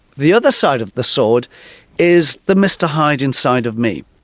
the other side of the sword is the mr hyde inside of me.